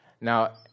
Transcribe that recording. Now